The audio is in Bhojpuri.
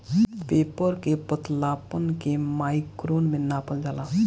पेपर के पतलापन के माइक्रोन में नापल जाला